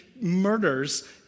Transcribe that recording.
murders